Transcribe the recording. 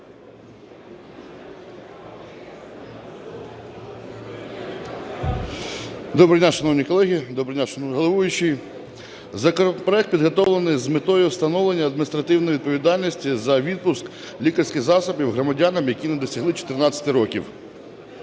Доброго дня, шановні колеги! Доброго дня, шановний головуючий! Законопроект підготовлений з метою встановлення адміністративної відповідальності за відпуск лікарських засобів громадянам, які не досягли 14 років.